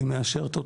היא מאשרת אותם.